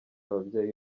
ababyeyi